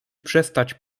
przestać